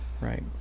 Right